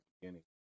beginning